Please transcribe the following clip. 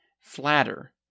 flatter